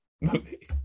movie